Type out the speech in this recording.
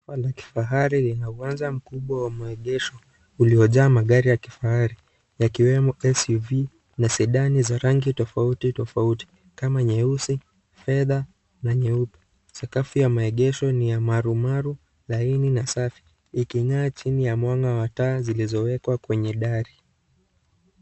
Chumba la kifahari lina uwezo mkubwa wa maegesho uliojaa magari ya kifahari; yakiwemo SUV na sedani za rangi tofauti tofauti kama nyeusi, fedha na nyeupe. Sakafu ya maegesho ni ya marumaru, laini na safi iking'aa chini ya mwanga wa taa zilizowekwa kwenye dari.